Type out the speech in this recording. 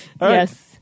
Yes